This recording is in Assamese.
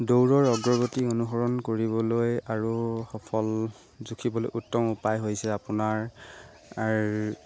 দৌৰৰ অগ্ৰগতি অনুসৰণ কৰিবলৈ আৰু সফল জুখিবলৈ উত্তম উপায় হৈছে আপোনাৰ